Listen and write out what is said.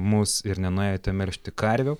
mus ir nenuėjote melžti karvių